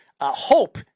hope